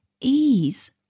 ease